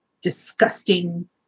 disgusting